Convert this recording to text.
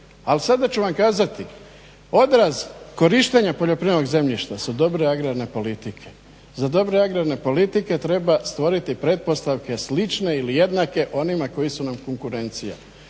ali sad ću vam kazati, odraz korištenja poljoprivrednog zemljišta su dobre agrarne politike. Za dobre agrarne politike treba stvoriti pretpostavke slične ili jednake onima koji su nam konkurencija.